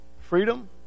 Freedom